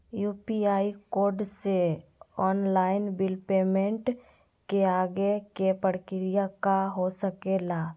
UPI code से online bill payment के आगे के प्रक्रिया का हो सके ला?